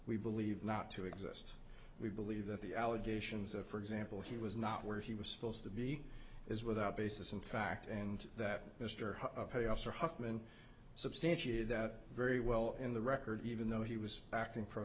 we believe not to exist we believe that the allegations of for example he was not where he was supposed to be is without basis in fact and that mr payoffs are huffman substantiated that very well in the record even though he was acting p